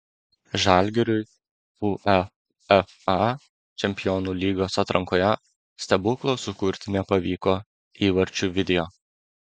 žalgiriui uefa čempionų lygos atrankoje stebuklo sukurti nepavyko įvarčių video